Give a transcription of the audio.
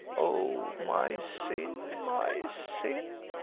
oh! my sin, my sin.